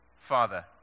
Father